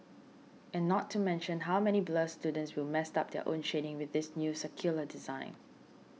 and not to mention how many blur students will mess up their own shading with this new circular design